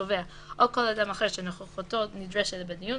התובע או כל אדם אחר שנוכחותו נדרשת בדיון,